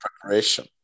preparation